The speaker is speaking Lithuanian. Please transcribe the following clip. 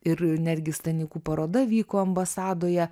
ir netgi stanikų paroda vyko ambasadoje